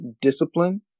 discipline